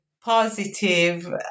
positive